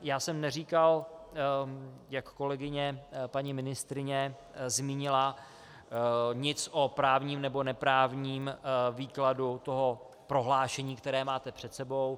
Já jsem neříkal, jak kolegyně paní ministryně zmínila, nic o právním nebo neprávním výkladu prohlášení, které máte před sebou.